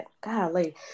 golly